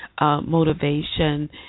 motivation